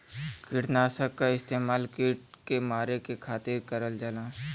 किटनाशक क इस्तेमाल कीट के मारे के खातिर करल जाला